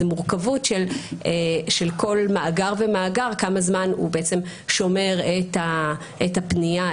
זו מורכבות של כל מאגר ומאגר כמה זמן הוא שומר את הפנייה,